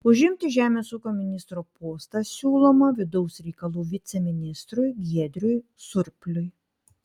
užimti žemės ūkio ministro postą siūloma vidaus reikalų viceministrui giedriui surpliui